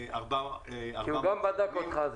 כי הוא גם בדק אותך.